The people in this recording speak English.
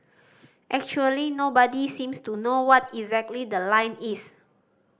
actually nobody seems to know what exactly the line is